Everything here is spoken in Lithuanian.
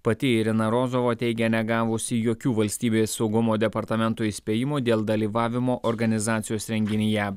pati irina rozova teigia negavusi jokių valstybės saugumo departamento įspėjimų dėl dalyvavimo organizacijos renginyje